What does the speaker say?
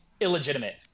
illegitimate